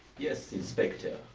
yes inspector.